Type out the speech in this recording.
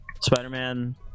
Spider-Man